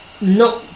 no